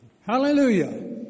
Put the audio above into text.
Hallelujah